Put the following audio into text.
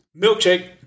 milkshake